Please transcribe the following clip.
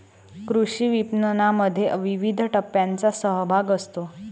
कृषी विपणनामध्ये विविध टप्प्यांचा सहभाग असतो